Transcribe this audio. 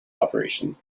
operation